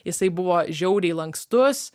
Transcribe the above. jisai buvo žiauriai lankstus